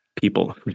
people